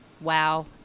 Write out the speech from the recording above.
wow